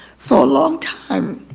for a long time,